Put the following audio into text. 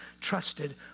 trusted